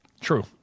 True